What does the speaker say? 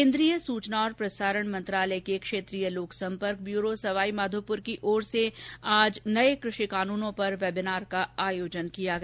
केन्द्रीय सूचना और प्रसारण मंत्रालय के क्षेत्रीय लोक संपर्क ब्यूरो सवाईमाघोपुर की ओर से आज नए कृषि कानूनों पर वेबीनार का आयोजन किया गया